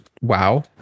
wow